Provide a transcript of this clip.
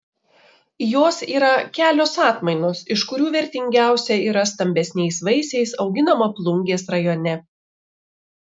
jos yra kelios atmainos iš kurių vertingiausia yra stambesniais vaisiais auginama plungės rajone